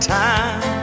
time